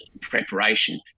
preparation